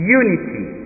unity